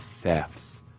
thefts